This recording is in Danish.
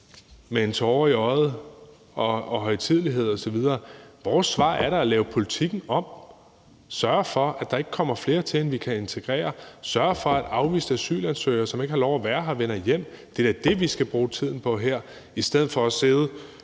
med en tåre i øjet og højtidelighed osv. Vores svar er da at lave politikken om, altså at sørge for, at der ikke kommer flere hertil, end vi kan integrere; at sørge for, at afviste asylansøgere, som ikke har lov at være her, vender hjem. Det er da det, vi skal bruge tiden på her – i stedet for at sidde